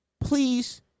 Please